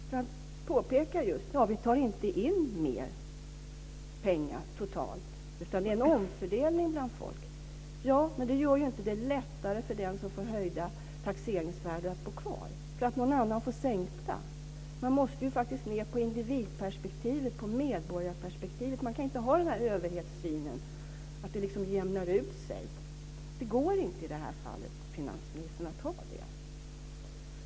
Finansministern påpekar att man totalt inte tar in mer pengar utan gör en omfördelning. Ja, men att någon får sänkta taxeringsvärden gör det inte lättare för den som får höjda taxeringsvärden att bo kvar. Man måste faktiskt gå ned till individ eller medborgarperspektivet. Man kan i det här fallet inte ha den överhetssynen att det jämnar ut sig, finansministern.